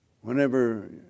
Whenever